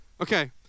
Okay